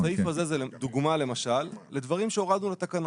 הסעיף הזה הוא דוגמה לדברים שהורדנו לתקנות.